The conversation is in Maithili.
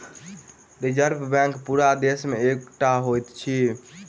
रिजर्व बैंक पूरा देश मे एकै टा होइत अछि